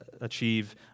achieve